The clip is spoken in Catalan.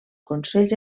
consells